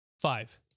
five